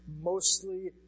mostly